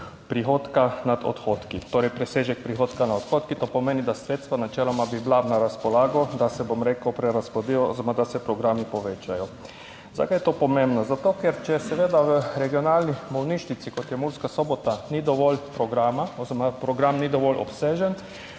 prihodka nad odhodki, torej presežek prihodka nad odhodki. To pomeni, da sredstva načeloma bi bila na razpolago, da se, bom rekel, prerazporedijo oziroma da se programi povečajo. Zakaj je to pomembno? Zato ker če seveda v regionalni bolnišnici, kot je Murska Sobota, ni dovolj programa oziroma program ni dovolj obsežen